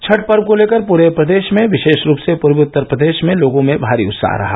छठ पर्व को लेकर पूरे प्रदेश में विशे ा रूप से पूर्वी उत्तर प्रदेश में लोगों में भारी उत्साह रहा